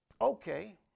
Okay